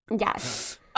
yes